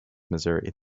missouri